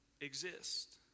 exist